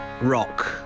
Rock